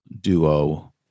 duo